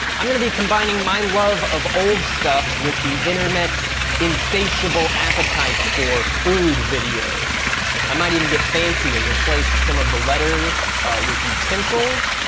i'm gonna be combining my love of old stuff with the internet's insatiable appetite for food videos. i might even get fancy and replace some of the letters with utensils.